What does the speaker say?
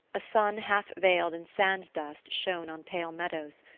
a sun half-veiled in sand-dust shone on pale meadows,